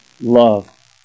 love